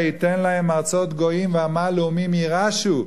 וייתן להם ארצות גויים ועמל לאומים יירשו,